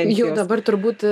juk dabar turbūt